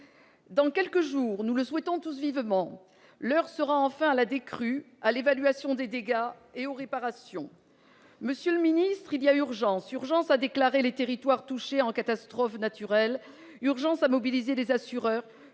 Dans quelques jours, nous le souhaitons tous vivement, l'heure sera enfin à la décrue, à l'évaluation des dégâts et aux réparations. Monsieur le ministre, il y a urgence : urgence à déclarer les territoires touchés en état de catastrophe naturelle, urgence à mobiliser les assureurs